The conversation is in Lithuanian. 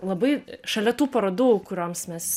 labai šalia tų parodų kurioms mes